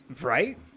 Right